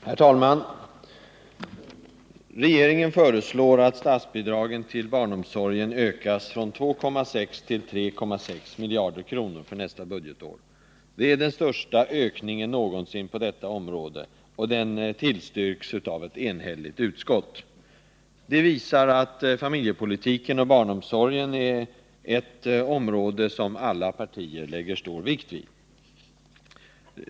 Herr talman! Regeringen föreslår att statsbidragen till barnomsorgen ökas från 2,6 till 3,6 miljarder kronor för nästa budgetår. Det är den största ökningen någonsin på detta område, och den tillstyrks av ett enhälligt utskott. Det visar att familjepolitiken och barnomsorgen är ett område som alla partier lägger stor vikt vid.